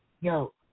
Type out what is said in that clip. Yo